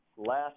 last